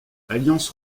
alliance